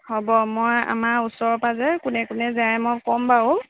হ'ব মই আমাৰ ওচৰৰ পাজৰে কোনে কোনে যায় মই ক'ম বাৰু